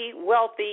wealthy